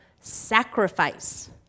sacrifice